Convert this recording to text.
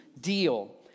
deal